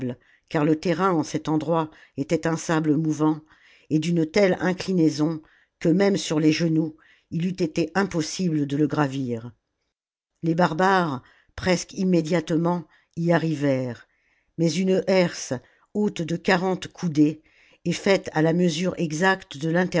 car le terrain en cet endroit était un sable mouvant et d'une telle inclinaison que même sur les genoux il eût été impossible de le gravir les barbares presque immédiatement j arrivèrent mais une herse haute de quarante coudées et faite à la mesure exacte de